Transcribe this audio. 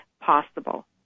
possible